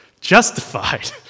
justified